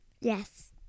Yes